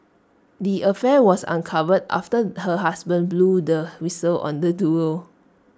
the affair was uncovered after her husband blew the whistle on the duo